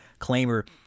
claimer